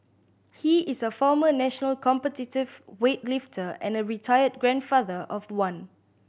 he is a former national competitive weightlifter and a retired grandfather of one